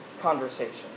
conversation